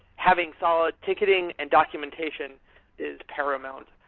having solid ticketing and documentation is paramount.